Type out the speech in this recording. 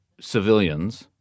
civilians